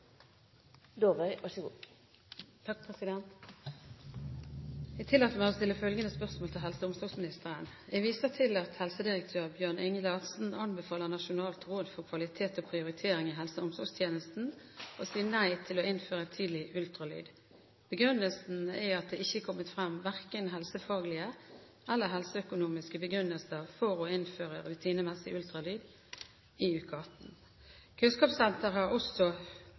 til helse- og omsorgsministeren: «Jeg viser til at helsedirektør Bjørn-Inge Larsen anbefaler Nasjonalt råd for kvalitet og prioritering i helse- og omsorgstjenesten å si nei til å innføre tidlig ultralyd. Begrunnelsen er at det ikke er kommet frem verken helsefaglige eller helseøkonomiske begrunnelser for å innføre rutinemessig ultralyd i uke 18. Kunnskapssenteret har også